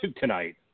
tonight